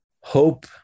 hope